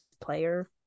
player